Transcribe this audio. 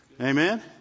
Amen